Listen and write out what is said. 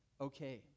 okay